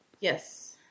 Yes